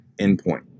endpoint